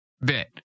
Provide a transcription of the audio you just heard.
bit